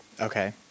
Okay